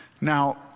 Now